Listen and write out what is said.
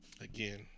Again